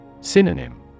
Synonym